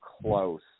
close